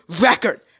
record